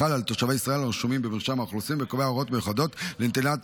החל על תושבי ישראל הרשומים במרשם האוכלוסין וקובע הערות מיוחדות לנטילת